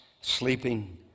sleeping